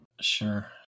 Sure